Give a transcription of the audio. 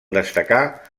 destacar